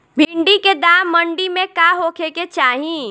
भिन्डी के दाम मंडी मे का होखे के चाही?